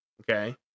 Okay